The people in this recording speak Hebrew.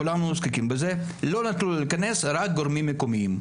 כולנו עוסקים בזה לא נתנו לנו להיכנס אלא רק לגורמים מקומיים.